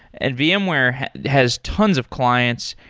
and vmware has tons of clients.